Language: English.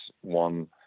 one